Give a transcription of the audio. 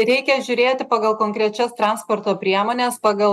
reikia žiūrėti pagal konkrečias transporto priemones pagal